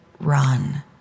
run